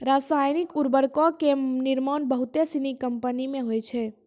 रसायनिक उर्वरको के निर्माण बहुते सिनी कंपनी मे होय छै